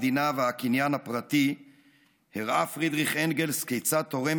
הקניין הפרטי והמדינה" הראה פרידריך אנגלס כיצד תורם